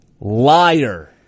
Liar